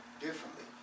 differently